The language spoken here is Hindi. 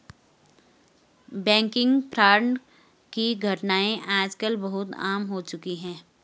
बैंकिग फ्रॉड की घटनाएं आज कल बहुत आम हो चुकी है